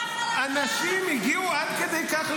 אנשים הגיעו עד כדי כך,